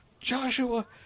Joshua